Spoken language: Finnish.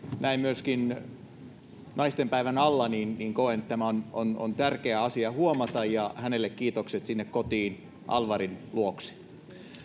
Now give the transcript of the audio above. näin myöskin naistenpäivän alla koen että tämä on tärkeä asia huomata ja hänelle kiitokset sinne kotiin alvarin luokse